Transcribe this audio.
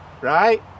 right